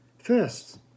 first